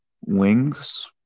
wings